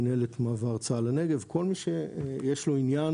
מנהלת מעבר צה"ל לנגב כל מי שיש לו עניין